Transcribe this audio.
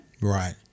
Right